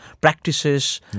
practices